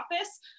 office